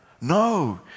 No